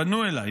פנו אליי,